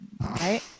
right